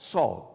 Saul